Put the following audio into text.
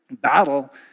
battle